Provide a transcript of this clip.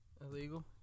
illegal